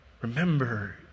Remember